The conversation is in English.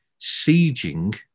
sieging